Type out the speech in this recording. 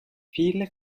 viele